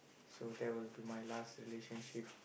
so that would be my last relationship